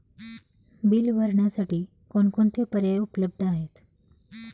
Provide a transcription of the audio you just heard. Bill भरण्यासाठी कोणकोणते पर्याय उपलब्ध आहेत?